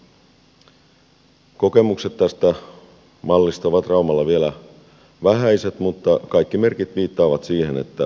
kokemukset tästä mallista ovat raumalla vielä vähäiset mutta kaikki merkit viittaavat siihen että se toimii